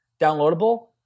downloadable